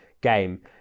game